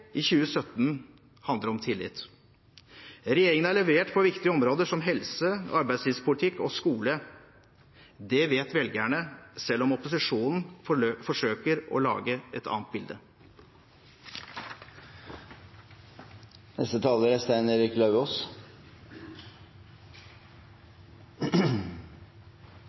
i 2017 handler om tillit. Regjeringen har levert på viktige områder som helse, arbeidslivspolitikk og skole. Det vet velgerne, selv om opposisjonen forsøker å lage et annet bilde.